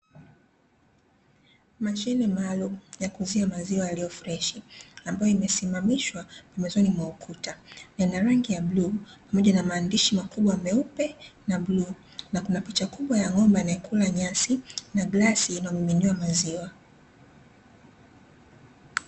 Mshine maalumu ya kuuzia maziwa yaliyo freshi ambayo imesimamishwa mwanzoni mwa ukuta na ina rangi ya bluu, pamoja na maandishi makubwa meupe na bluu na kuna picha kubwa ya ng'ombe anayekula nyasi na glasi iliyomiminiwa maziwa.